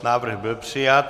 Návrh byl přijat.